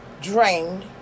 drained